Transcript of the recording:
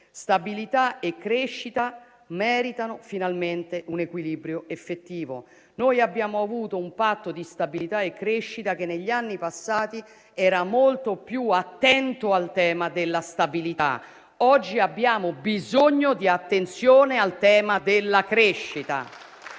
Stabilità e crescita meritano finalmente un equilibrio effettivo. Abbiamo avuto un Patto di stabilità e crescita che negli anni passati era molto più attento al tema della stabilità; oggi abbiamo bisogno di attenzione al tema della crescita